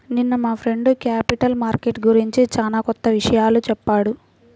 నిన్న మా friend capital market గురించి చానా కొత్త విషయాలు చెప్పాడు